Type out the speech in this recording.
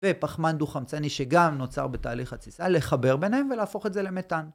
ופחמן דו חמצני שגם נוצר בתהליך התסיסה, לחבר ביניהם, ולהפוך את זה למתאן